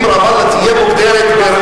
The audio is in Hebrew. אם רמאללה תהיה מוגדרת,